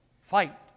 fight